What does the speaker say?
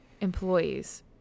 employees